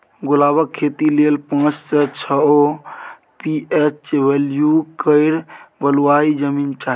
गुलाबक खेती लेल पाँच सँ छओ पी.एच बैल्यु केर बलुआही जमीन चाही